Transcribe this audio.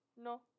no